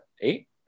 eight